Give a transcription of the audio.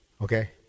okay